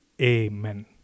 Amen